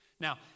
Now